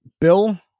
Bill